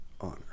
honor